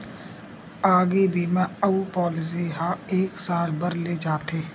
आगी बीमा अउ पॉलिसी ह एक साल बर ले जाथे